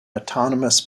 autonomous